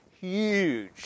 huge